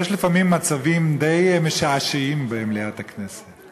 יש לפעמים מצבים די משעשעים במליאת הכנסת.